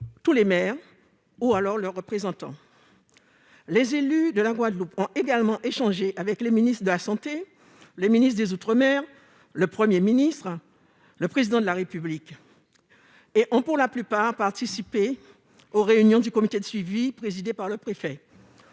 tous les maires ou leurs représentants. Les élus de la Guadeloupe ont aussi échangé avec le ministre des solidarités et de la santé, le ministre des outre-mer, le Premier ministre et le Président de la République. Ils ont, pour la plupart, participé aux réunions du comité de suivi présidé par le préfet.